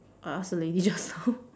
I ask the lady just now